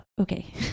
okay